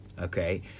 Okay